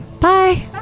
Bye